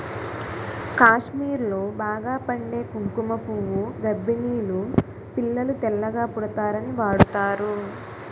కాశ్మీర్లో బాగా పండే కుంకుమ పువ్వు గర్భిణీలు పిల్లలు తెల్లగా పుడతారని వాడుతారు